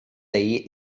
day